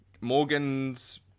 Morgan's